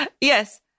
Yes